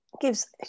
gives